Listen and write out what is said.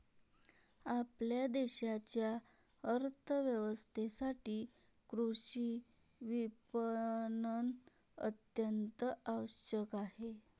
आपल्या देशाच्या अर्थ व्यवस्थेसाठी कृषी विपणन अत्यंत आवश्यक आहे